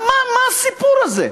מה הסיפור הזה?